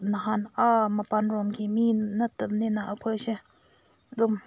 ꯅꯍꯥꯟ ꯑꯥ ꯃꯄꯥꯟꯂꯣꯝꯒꯤ ꯃꯤ ꯅꯠꯇꯕꯅꯤꯅ ꯑꯩꯈꯣꯏꯁꯦ ꯑꯗꯨꯝ